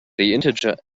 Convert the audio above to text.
integer